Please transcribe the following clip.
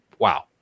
Wow